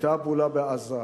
והיתה הפעולה בעזה,